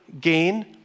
gain